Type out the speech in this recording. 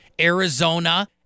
Arizona